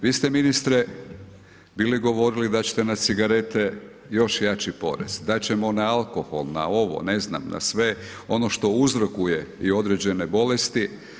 Vi ste ministre bili govorili dati ćete na cigarete još jači porez, dati ćemo na alkohol, na ovo, ne znam na sve ono što uzrokuje i određene bolesti.